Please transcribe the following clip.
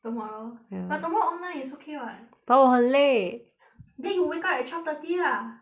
tomorrow ya but tomorrow online it's okay [what] but 我很累 then you wake up at twelve thirty lah